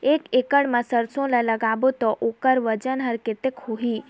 एक एकड़ मा सरसो ला लगाबो ता ओकर वजन हर कते होही?